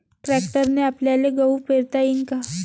ट्रॅक्टरने आपल्याले गहू पेरता येईन का?